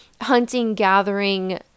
hunting-gathering